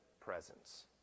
presence